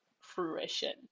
fruition